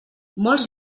molts